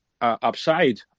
upside